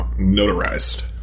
notarized